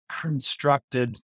constructed